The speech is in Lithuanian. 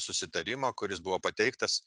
susitarimo kuris buvo pateiktas